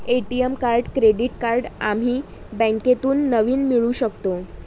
ATM card credit card आम्ही बँकेतून नवीन मिळवू शकतो